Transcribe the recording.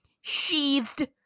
sheathed